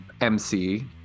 MC